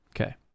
Okay